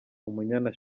umunyana